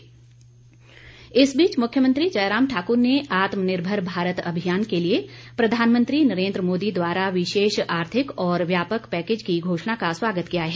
जयराम इस बीच मुख्यमंत्री जयराम ठाक्र ने आत्मनिर्भर भारत अभियान के लिए प्रधानमंत्री नरेन्द्र मोदी द्वारा विशेष आर्थिक और व्यापक पैकेज की घोषणा का स्वागत किया है